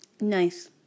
Nice